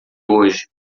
hoje